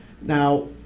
now